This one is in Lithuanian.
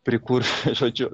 prikurs žodžiu